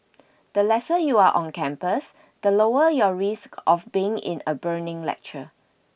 the lesser you are on campus the lower your risk of being in a burning lecture